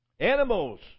Animals